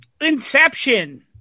Inception